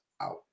out